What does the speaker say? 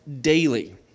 daily